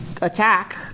attack